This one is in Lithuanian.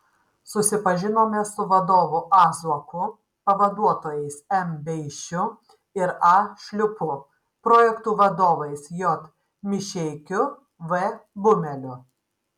susipažinome su vadovu a zuoku pavaduotojais m beišiu ir a šliupu projektų vadovais j mišeikiu v bumeliu